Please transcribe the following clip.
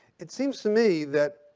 it seems to me that,